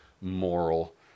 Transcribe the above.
moral